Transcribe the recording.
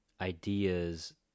ideas